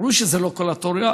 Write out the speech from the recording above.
ברור שזו לא כל התורה,